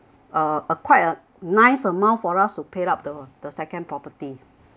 uh a quiet a nice amount for us to paid up the the second property